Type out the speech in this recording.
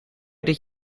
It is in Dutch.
dit